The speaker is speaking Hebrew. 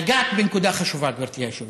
נגעת בנקודה חשובה, גברתי היושבת-ראש.